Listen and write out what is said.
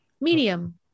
Medium